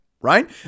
right